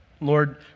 Lord